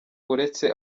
uretse